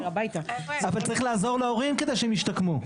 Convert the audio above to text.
אבל צריך לעזור להורים כדי שהם ישתקמו.